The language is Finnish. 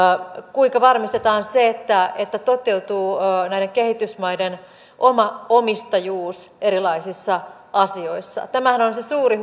kuinka varmistetaan se että että näiden kehitysmaiden oma omistajuus toteutuu erilaisissa asioissa tämähän on se suuri